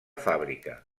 fàbrica